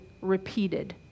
repeated